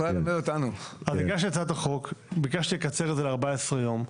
אז הגשתי הצעת חוק, ביקשתי לקצר את זה ל-14 יום.